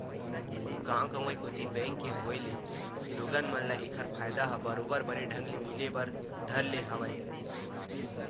गाँव गंवई कोती बेंक के होय ले लोगन मन ल ऐखर फायदा ह बरोबर बने ढंग ले मिले बर धर ले हवय